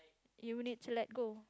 you'll need to let go